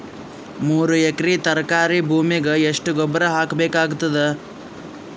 ಮೂರು ಎಕರಿ ತರಕಾರಿ ಭೂಮಿಗ ಎಷ್ಟ ಗೊಬ್ಬರ ಹಾಕ್ ಬೇಕಾಗತದ?